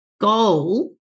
goal